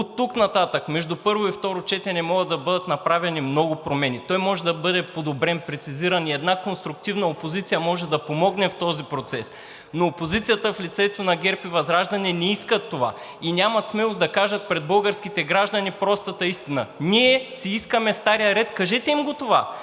Оттук нататък между първо и второ четене могат да бъдат направени много промени. Той може да бъде подобрен, прецизиран и една конструктивна опозиция може да помогне в този процес. Но опозицията в лицето на ГЕРБ и ВЪЗРАЖДАНЕ не искат това и нямат смелост да кажат пред българските граждани простата истина – ние си искаме стария ред. Кажете им това.